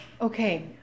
Okay